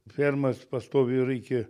fermas pastoviai reikia